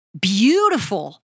beautiful